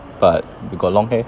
but you got long hair